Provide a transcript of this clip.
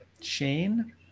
Shane